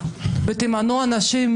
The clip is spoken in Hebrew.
ואתה יודע קצת